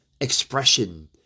expression